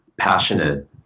passionate